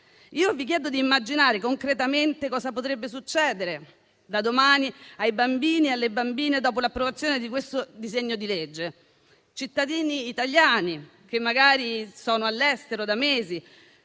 Io vi chiedo di immaginare concretamente cosa potrebbe succedere da domani ai bambini e alle bambine dopo l'approvazione di questo disegno di legge, ai cittadini italiani che magari sono all'estero da mesi